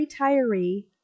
retiree